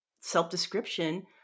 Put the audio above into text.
self-description